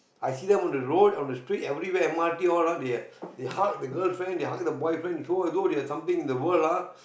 I see them on the road on the street I only wait m_r_t all of they they hug the girlfriend they hugging the boyfriend so and so there're something in the world lah